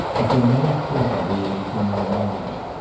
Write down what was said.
as though no thought of beer was in their minds.